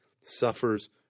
suffers